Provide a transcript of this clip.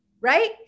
right